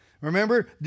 Remember